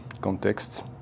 context